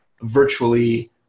virtually